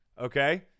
okay